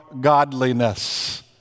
godliness